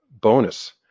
bonus